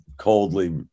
coldly